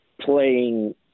playing